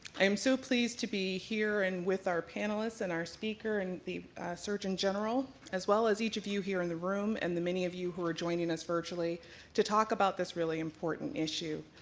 i'm so pleased to be here and with our panelists and our speaker and the surgeon general, as well as each of you here in the room and the many of you who are joining us virtually to talk about this really important issue,